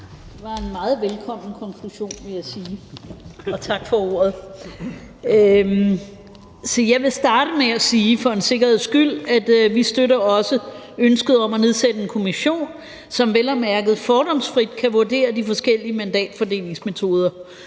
Det var en meget velkommen konklusion, vil jeg sige, og tak for ordet. Jeg vil for en sikkerheds skyld starte med at sige, at vi også støtter ønsket om at nedsætte en kommission, som vel at mærke fordomsfrit kan vurdere de forskellige mandatfordelingsmetoder.